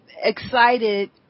excited